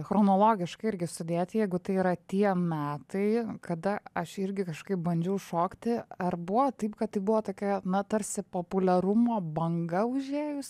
chronologiškai irgi sudėt jeigu tai yra tie metai kada aš irgi kažkaip bandžiau šokti ar buvo taip kad tai buvo tokia na tarsi populiarumo banga užėjus